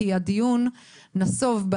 כי הדיון נסוב,